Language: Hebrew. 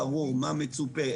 ברור מה מצופה,